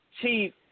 Chief